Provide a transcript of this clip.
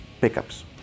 pickups